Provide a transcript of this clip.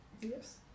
Yes